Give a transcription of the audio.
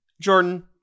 Jordan